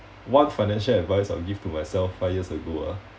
one financial advice I would give to myself five years ago ah